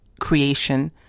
creation